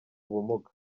ubumuga